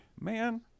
Man